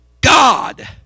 God